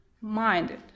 minded